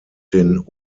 den